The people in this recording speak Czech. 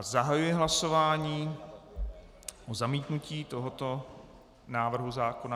Zahajuji hlasování o zamítnutí tohoto návrhu zákona.